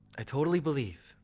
i totally believe.